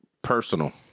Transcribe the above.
personal